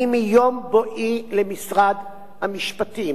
אני מיום בואי למשרד המשפטים